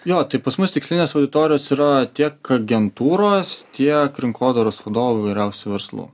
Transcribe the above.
jo tai pas mus tikslinės auditorijos yra tiek agentūros tiek rinkodaros vadovai įvairiausių verslų